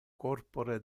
corpore